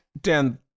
Dan